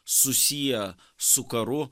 susiję su karu